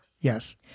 Yes